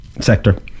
sector